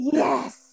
yes